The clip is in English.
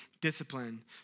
discipline